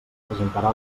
presentarà